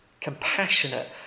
compassionate